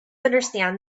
understand